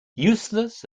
useless